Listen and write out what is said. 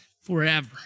forever